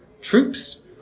troops